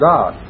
God